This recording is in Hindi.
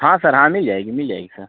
हाँ सर हाँ मिल जाएगी मिल जाएगी सर